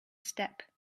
step